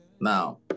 Now